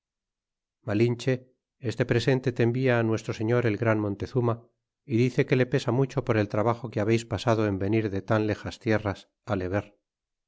malinche este presente te envia nuestro señor el gran montezuma y dice que le pesa mucho por el trabajo que habeis pasado en venir de tan lijas tierras á le ver